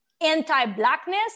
anti-blackness